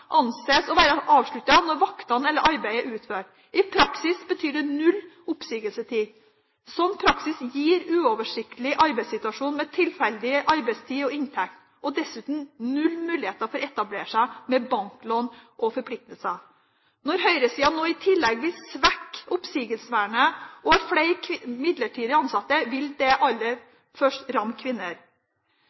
anses å være avsluttet når vaktene eller arbeidet er utført. I praksis betyr det null oppsigelsestid. En sånn praksis gir en uoversiktlig arbeidssituasjon med tilfeldig arbeidstid og inntekt, og dessuten null muligheter for å etablere seg med banklån og forpliktelser. Når høyresida nå i tillegg vil svekke oppsigelsesvernet og ha flere midlertidige ansatte, vil det aller først ramme kvinner.